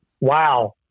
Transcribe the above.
wow